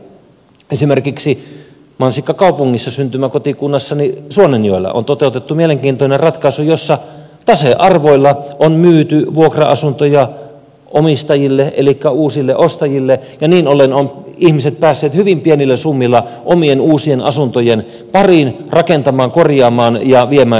esimerkiksi mansikkakaupungissa syntymäkotikunnassani suonenjoella on toteutettu mielenkiintoinen ratkaisu jossa tasearvoilla on myyty vuokra asuntoja omistajille elikkä uusille ostajille ja niin ollen ovat ihmiset päässeet hyvin pienillä summilla omien uusien asuntojen pariin rakentamaan korjaamaan ja viemään sitä eteenpäin